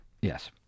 yes